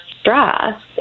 stress